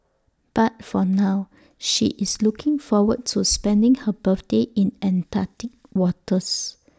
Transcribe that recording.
but for now she is looking forward to spending her birthday in Antarctic waters